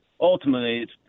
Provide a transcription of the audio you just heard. ultimately